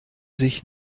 sich